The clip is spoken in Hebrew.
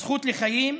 הזכות לחיים,